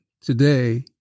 today